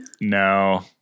No